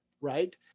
right